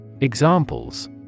Examples